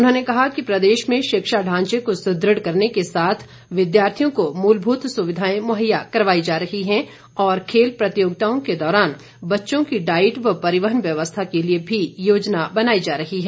उन्होंने कहा कि प्रदेश में शिक्षा ढांचे को सुदृढ़ करने के साथ विद्यार्थियों को मूलभूत सुविधाएं मुहैया करवाई जा रही हैं और खेल प्रतियोगिताओं के दौरान बच्चों की डाईट व परिवहन व्यवस्था के लिए भी योजना बनाई जा रही है